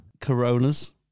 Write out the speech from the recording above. Coronas